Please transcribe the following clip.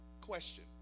Question